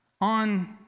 on